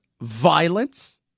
violence